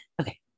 Okay